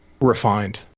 refined